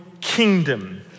kingdom